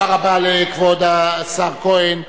תודה רבה לכבוד השר כהן,